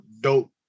dope